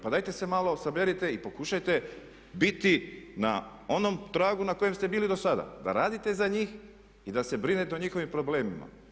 Pa dajte se malo saberite i pokušajte biti na onom tragu na kojem ste bili do sada, da radite za njih i da se brinete o njihovim problemima.